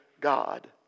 God